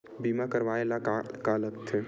बीमा करवाय ला का का लगथे?